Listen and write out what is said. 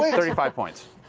thirty five points.